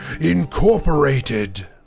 Incorporated